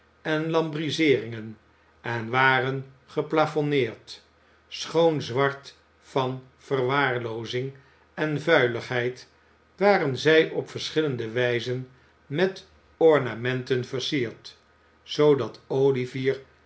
en lambrizeeringen en waren geplafonneerd schoon zwart van verwaarloozing en vuiligheid waren zij op verschillende wijzen met ornamenten versierd zoodat olivier